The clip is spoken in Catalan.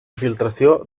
infiltració